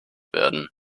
werden